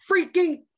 freaking